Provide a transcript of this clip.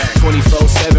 24-7